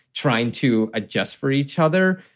trying to adjust for each other.